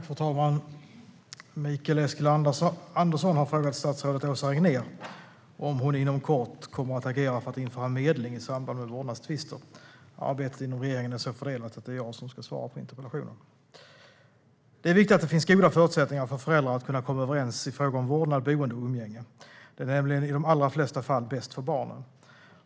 Fru talman! Mikael Eskilandersson har frågat statsrådet Åsa Regnér om hon inom kort kommer att agera för att införa medling i samband med vårdnadstvister. Arbetet inom regeringen är så fördelat att det är jag som ska svara på interpellationen. Det är viktigt att det finns goda förutsättningar för föräldrar att kunna komma överens i frågor om vårdnad, boende och umgänge. Det är nämligen i de allra flesta fall bäst för barnet.